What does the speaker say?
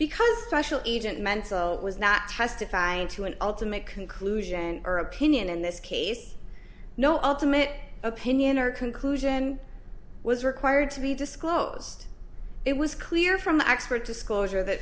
because rational agent mental was not testifying to an ultimate conclusion or opinion in this case no ultimate opinion or conclusion was required to be disclosed it was clear from the expert disclosure that